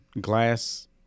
glass